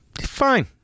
fine